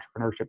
entrepreneurship